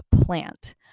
plant